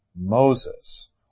Moses